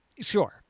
sure